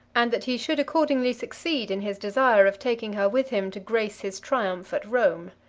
and that he should accordingly succeed in his desire of taking her with him to grace his triumph at rome.